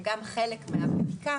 כחלק מהבדיקה